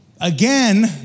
Again